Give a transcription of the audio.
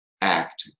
Act